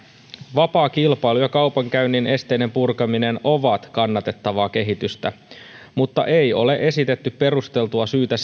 vapaa kilpailu ja kaupankäynnin esteiden purkaminen ovat kannatettavaa kehitystä mutta ei ole esitetty perusteltua syytä